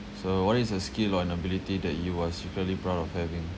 so what is a skill or an ability that you are secretly proud of having